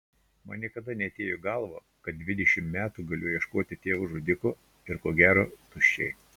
man niekada neatėjo į galvą kad dvidešimt metų galiu ieškoti tėvo žudiko ir ko gero tuščiai